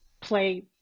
play